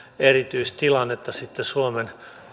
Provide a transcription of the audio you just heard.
erityistilannetta suomen